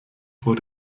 vor